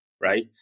right